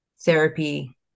therapy